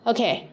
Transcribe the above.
Okay